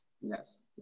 yes